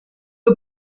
que